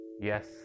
yes